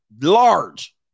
large